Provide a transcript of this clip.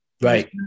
Right